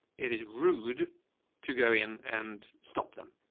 it is rude to go in and stop them,